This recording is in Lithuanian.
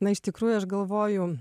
na iš tikrųjų aš galvoju